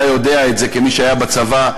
אתה יודע את זה כמי שהיה בצבא,